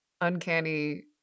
uncanny